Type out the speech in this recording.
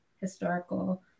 historical